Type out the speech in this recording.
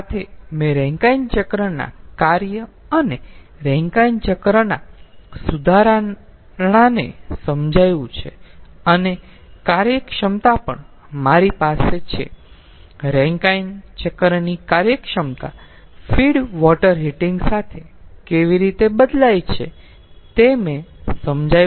તેથી આ સાથે મેં રેન્કાઈન ચક્રના કાર્ય અને રેન્કાઈન ચક્રના સુધારણાને સમજાવ્યું છે અને કાર્યક્ષમતા પણ મારી પાસે છે રેન્કાઈન ચક્રની કાર્યક્ષમતા ફીડ વોટર હીટિંગ સાથે કેવી રીતે બદલાય છે તે મેં સમજાવ્યુ છે